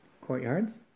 courtyards